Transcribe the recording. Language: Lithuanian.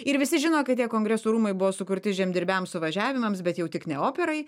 ir visi žino kad tie kongresų rūmai buvo sukurti žemdirbiams suvažiavimams bet jau tik ne operai